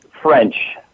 French